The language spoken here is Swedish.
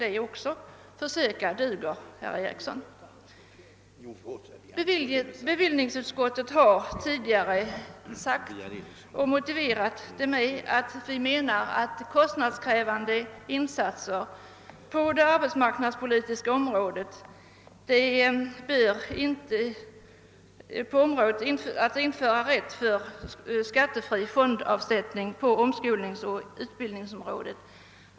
Att försöka duger, herr Ericsson i Åtvidaberg! Bevillningsutskottet har tidigare motiverat varför det anser att kostnadskrävande insatser på det arbetsmarknadspolitiska området inte bör ge rätt till skattefri fondavsättning till omskolningsoch utbildningsområdet.